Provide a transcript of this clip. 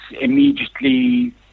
immediately